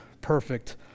perfect